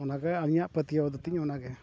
ᱚᱱᱟᱜᱮ ᱟᱹᱞᱤᱧᱟᱜ ᱯᱟᱹᱛᱭᱟᱹᱣ ᱫᱚᱛᱤᱧ ᱚᱱᱟᱜᱮ